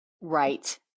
Right